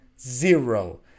Zero